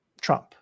Trump